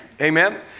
Amen